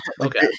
okay